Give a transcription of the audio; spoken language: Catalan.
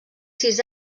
sis